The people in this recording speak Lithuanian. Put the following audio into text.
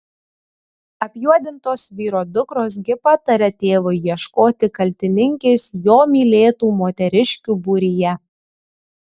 apjuodintos vyro dukros gi pataria tėvui ieškoti kaltininkės jo mylėtų moteriškių būryje